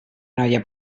noia